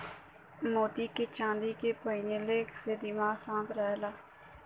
मोती के चांदी में पहिनले से दिमाग शांत रहला